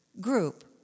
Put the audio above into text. group